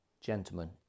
gentlemen